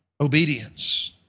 obedience